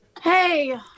Hey